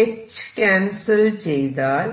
h cancel ചെയ്താൽ